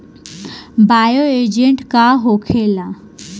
Bio agent का होखेला?